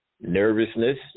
nervousness